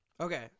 Okay